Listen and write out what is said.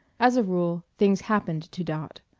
as a rule things happened to dot.